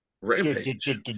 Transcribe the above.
Rampage